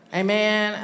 amen